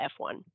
F1